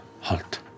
halt